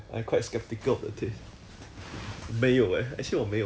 你有没有 try 过